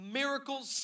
miracles